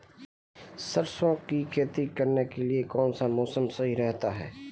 सरसों की खेती करने के लिए कौनसा मौसम सही रहता है?